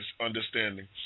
understanding